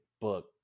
book